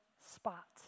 spot